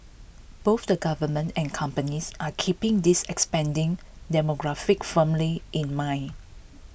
both the government and companies are keeping this expanding demographic firmly in mind